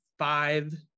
Five